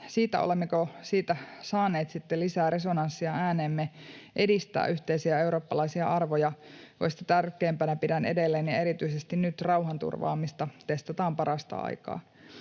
saaneet sitten lisää resonanssia ääneemme edistää yhteisiä eurooppalaisia arvoja, joista tärkeimpänä pidän edelleen ja erityisesti nyt rauhanturvaamista, testataan parasta aikaa.